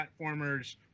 platformers